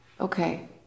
Okay